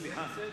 סליחה.